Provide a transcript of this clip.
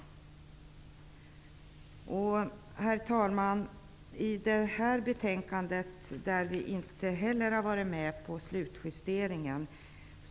Herr talman! Vi var inte med om slutjusteringen av detta betänkande.